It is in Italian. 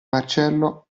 marcello